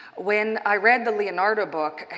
when i read the leonardo book,